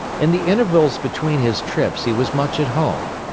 in the intervals between his trips he was much at home.